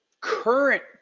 current